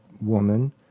woman